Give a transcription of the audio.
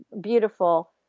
beautiful